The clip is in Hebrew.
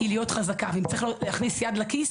ואם צריך להכניס יד לכיס,